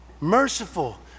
merciful